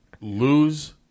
lose